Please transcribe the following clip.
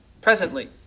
presently